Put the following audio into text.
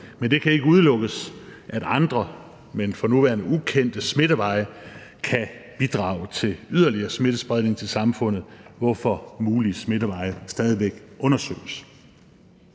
men det kan ikke udelukkes, at andre, men for nuværende ukendte, smitteveje kan bidrage til yderligere smittespredning til samfundet, hvorfor mulige smitteveje stadig væk undersøges.